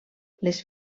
les